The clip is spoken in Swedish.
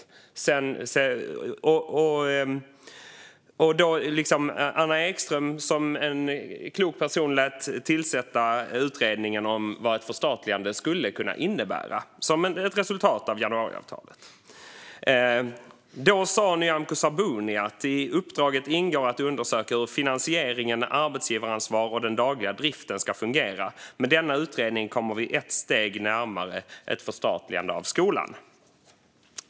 Som ett resultat av januariavtalet lät Anna Ekström, som är en klok person, tillsätta utredningen om vad ett förstatligande skulle kunna innebära. Då sa Nyamko Sabuni: "I uppdraget ingår att undersöka hur finansieringen, arbetsgivaransvar och den dagliga driften ska fungera. Med denna utredning kommer vi ett steg närmare ett förstatligande av skolan."